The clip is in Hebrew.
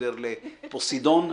וירצבורגר לפוסידון,